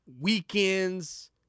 weekends